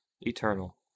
eternal